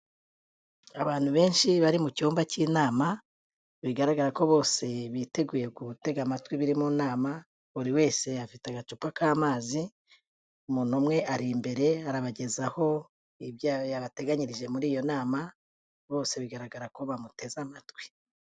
Abantu benshi bari mu cyumba cy'inama, bigaragara ko bose biteguye kubatega amatwi biri mu nama buri wese afite agacupa k'amazi, umuntu umwe ari imbere arabagezaho ibyo yabateganyirije muri iyo nama bose bigaragara ko bamuteze amatwi.